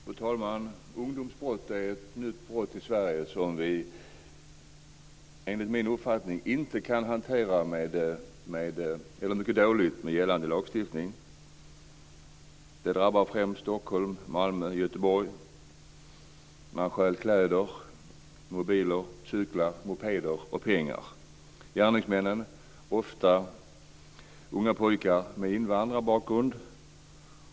Fru talman! Ungdomsbrott är i Sverige ett nytt brott, som vi enligt min uppfattning kan hantera mycket dåligt med gällande lagstiftning. Det drabbar främst Stockholm, Malmö och Göteborg. Man stjäl kläder, mobiler, cyklar, mopeder och pengar. Gärningsmännen är ofta unga pojkar med invandrarbakgrund.